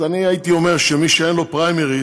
אז אני הייתי אומר שמי שאין לו פריימריז,